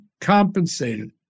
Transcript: compensated